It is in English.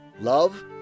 love